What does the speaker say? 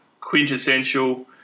quintessential